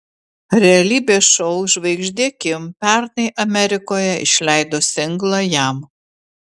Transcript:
realybės šou žvaigždė kim pernai amerikoje išleido singlą jam